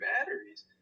batteries